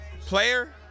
Player